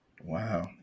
Wow